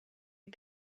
you